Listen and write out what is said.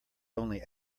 only